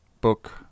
book